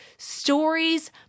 Stories